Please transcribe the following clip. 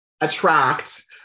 attract